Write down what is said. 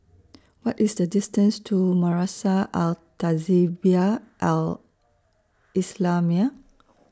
What IS The distance to Madrasah Al Tahzibiah Al Islamiah